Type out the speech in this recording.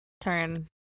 turn